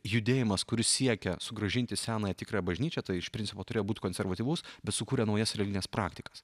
judėjimas kuris siekia sugrąžinti senąją tikrą bažnyčią tai iš principo turėjo būt konservatyvus bet sukūrė naujas religines praktikas